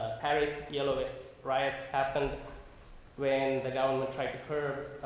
paris, yellow is riots happened when the government tried to curve,